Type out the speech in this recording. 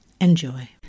Enjoy